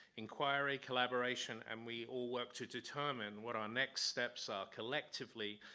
inquiry, collaboration, and we all work to determine what our next steps are collectively,